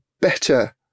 better